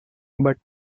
but